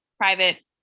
private